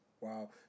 Wow